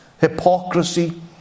Hypocrisy